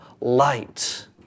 light